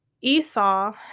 Esau